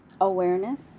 awareness